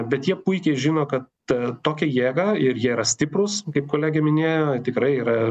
bet jie puikiai žino kad tokią jėgą ir jie yra stiprūs kaip kolegė minėjo tikrai yra